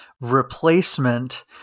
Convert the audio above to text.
replacement